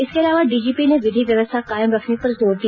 इसके अलावा डीजीपी ने विधि व्यवस्था कायम रखने पर जोर दिया